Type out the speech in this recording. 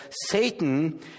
Satan